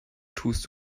tust